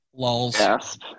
Lols